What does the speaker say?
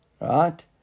right